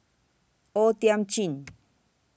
O Thiam Chin